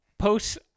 posts